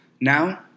Now